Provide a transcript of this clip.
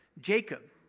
Jacob